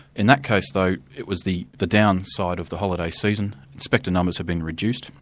in that case though, it was the the downside of the holiday season, inspector numbers had been reduced,